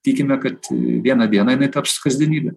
tikime kad vieną dieną jinai taps kasdienybe